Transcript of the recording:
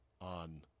on